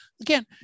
again